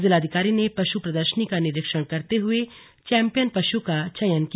जिलाधिकारी ने पशु प्रदर्शनी का निरीक्षण करते हुए चौम्पियन पशु का चयन किया